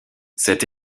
cet